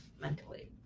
mentally